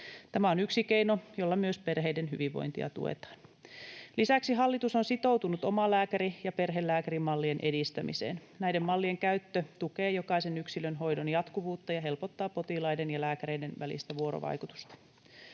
Tämä on yksi keino, jolla myös perheiden hyvinvointia tuetaan. Lisäksi hallitus on sitoutunut omalääkäri‑ ja perhelääkärimallien edistämiseen. Näiden mallien käyttö tukee jokaisen yksilön hoidon jatkuvuutta ja helpottaa potilaiden ja lääkäreiden välistä vuorovaikutusta.